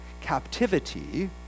captivity